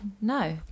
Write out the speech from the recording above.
No